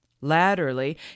Latterly